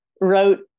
wrote